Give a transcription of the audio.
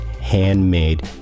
handmade